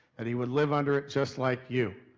that he would live under it just like you.